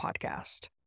podcast